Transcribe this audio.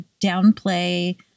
downplay